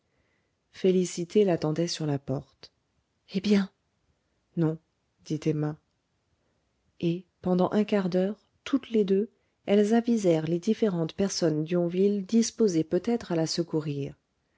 félicité l'attendait sur la porte eh bien non dit emma et pendant un quart d'heure toutes les deux elles avisèrent les différentes personnes d'yonville disposées peut-être à la secourir